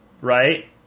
right